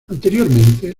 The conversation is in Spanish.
anteriormente